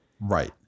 Right